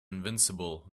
invincible